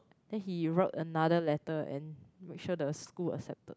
then he wrote another letter and make sure the school accept